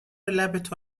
لبتو